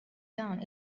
down